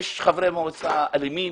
יש חברי מועצה אלימים,